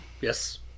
Yes